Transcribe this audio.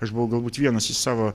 aš buvau galbūt vienas iš savo